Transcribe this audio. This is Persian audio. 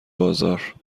بازار